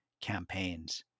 campaigns